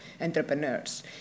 entrepreneurs